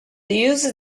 use